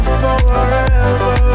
forever